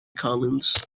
collins